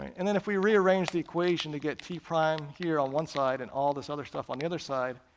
and then if we rearrange the equation to get t prime here on one side, and all this other stuff on the other side,